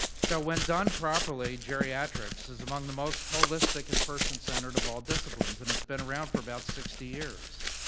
so, when done properly, geriatrics is among the most holistic and person-centered of all disciplines, and it's been around for about sixty years.